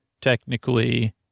technically